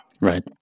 Right